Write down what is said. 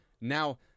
now